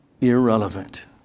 irrelevant